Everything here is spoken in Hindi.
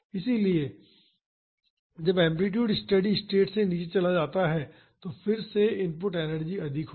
इसलिए जब एम्पलीटूड स्टेडी स्टेट से नीचे चला जाता है तो फिर से इनपुट एनर्जी अधिक होगी